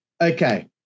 Okay